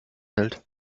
hält